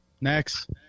next